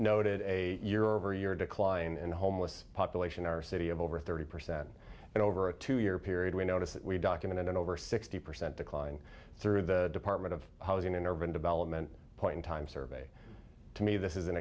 noted a year over year decline in the homeless population our city of over thirty percent and over a two year period we noticed that we documented over sixty percent decline through the department of housing and urban development point in time survey to me this is an